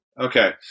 Okay